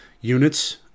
units